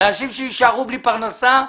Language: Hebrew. אנשים שיישארו בלי פרנסה.